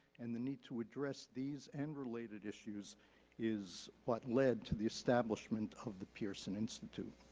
and the need to address these and related issues is what led to the establishment of the pearson institute.